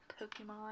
Pokemon